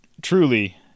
truly